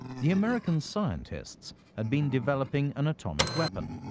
the american scientists had been developing an atomic weapon.